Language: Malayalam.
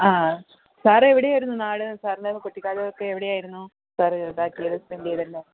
ആ സാറെവിടെയായിരുന്നു നാട് സാർന്റെ കുട്ടിക്കാലവൊക്കെ എവിടെയായിരുന്നു സാറ് നാട്ടിൽ സ്പെന്റ ചെയ്തിരുന്നത്